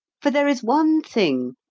for there is one thing,